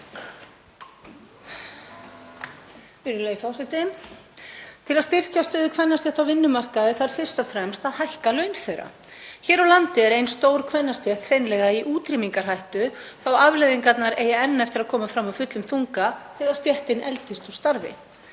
Til að styrkja stöðu kvennastétta á vinnumarkaði þarf fyrst og fremst að hækka laun þeirra. Hér á landi er ein stór kvennastétt hreinlega í útrýmingarhættu þótt afleiðingarnar eigi enn eftir að koma fram af fullum þunga þegar stéttin eldist úr starfi.